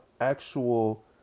actual